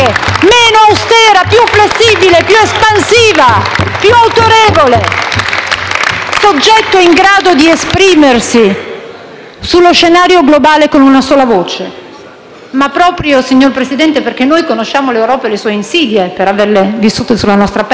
austera, più flessibile, più espansiva, più autorevole: soggetto in grado di esprimersi sullo scenario globale con una sola voce. Ma proprio perché, signor Presidente, noi conosciamo l'Europa e le sue insidie - per averle vissute sulla nostra pelle